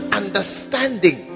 understanding